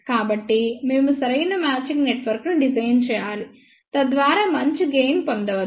కాబట్టి మేము సరైన మ్యాచింగ్ నెట్వర్క్ను డిజైన్ చేయాలి తద్వారా మంచి గెయిన్ పొందవచ్చు